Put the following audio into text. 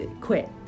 quit